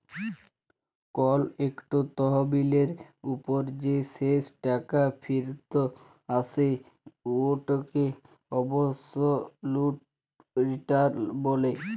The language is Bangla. কল ইকট তহবিলের উপর যে শেষ টাকা ফিরত আসে উটকে অবসলুট রিটার্ল ব্যলে